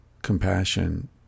compassion